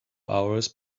hours